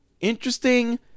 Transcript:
Interesting